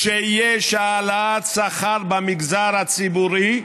כשיש העלאת שכר במגזר הציבורי,